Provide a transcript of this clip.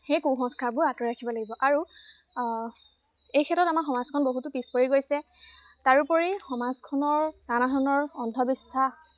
সেই কুসংস্কাৰবোৰ আঁতৰাই ৰাখিব লাগিব আৰু এই ক্ষেত্ৰত আমাৰ সমাজখন বহুতো পিছপৰি গৈছে তাৰোপৰি সমাজখনৰ নানা ধৰণৰ অন্ধবিশ্বাস